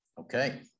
Okay